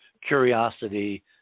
Curiosity